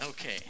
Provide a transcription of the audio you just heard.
Okay